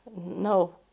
No